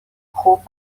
خوب